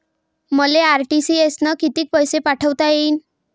मले आर.टी.जी.एस न कितीक पैसे पाठवता येईन?